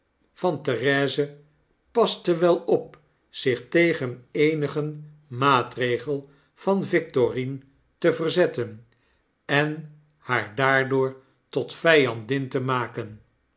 van therese paste wel op zich tegen eenigen maatregel van victorine te verzetten en haar daardoor tot vijandin te maken